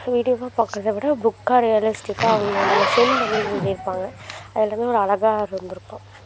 வீடியோவாக பார்க்கறத விட புக்காக ரீயலஸ்டிக்காக அவங்களோட அந்த செந்தமில்லை எழுதிருப்பாங்க அதில் வந்து ஒரு அழகாருந்துருக்கும்